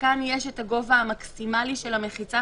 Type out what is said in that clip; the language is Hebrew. שכאן יש הגובה המקסימלי של המחיצה,